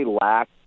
lack